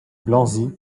blanzy